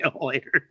later